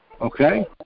okay